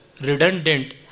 redundant